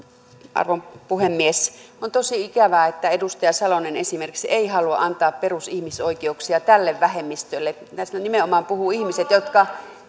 arvon puhemies on tosi ikävää että esimerkiksi edustaja salonen ei halua antaa perusihmisoikeuksia tälle vähemmistölle näistä nimenomaan puhuvat ihmiset jotka